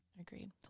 agreed